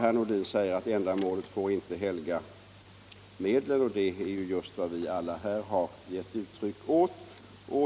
Herr Nordin säger att ändamålet inte får helga medlen, och det är Nr 88 just den tanke vi alla här har gett uttryck åt.